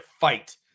fight